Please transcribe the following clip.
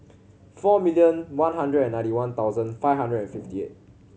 four million one hundred and ninety one thousand five hundred and fifty eight